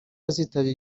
azitabira